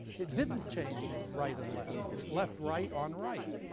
it didn't change right and left. it left right on right.